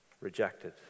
Rejected